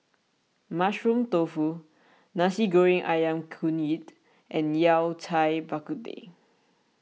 Mushroom Tofu Nasi Goreng Ayam Kunyit and Yao Cai Bak Kut Teh